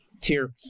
Tier